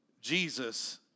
Jesus